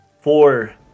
four